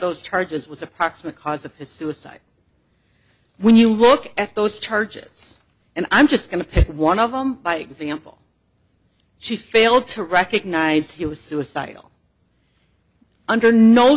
those charges was a proximate cause of his suicide when you look at those charges and i'm just going to pick one of them by example she failed to recognise he was suicidal under no